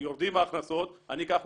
יורדות ההכנסות, אנחנו